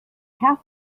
have